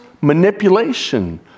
manipulation